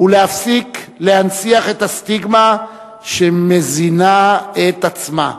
ולהפסיק להנציח את הסטיגמה שמזינה את עצמה.